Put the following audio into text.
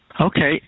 Okay